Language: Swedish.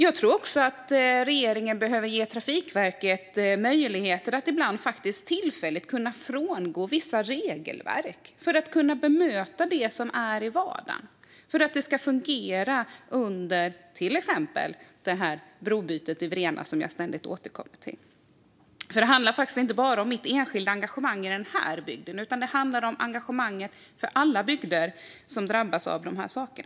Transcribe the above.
Jag tror också att regeringen behöver ge Trafikverket möjligheter att ibland tillfälligt frångå vissa regelverk för att kunna bemöta det som är i vardagen och för att det ska fungera under till exempel det brobyte i Vrena som jag ständigt återkommer till. Det handlar faktiskt inte bara om mitt enskilda engagemang i den bygden, utan det handlar om engagemang för alla bygder som drabbas av dessa saker.